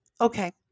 Okay